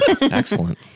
Excellent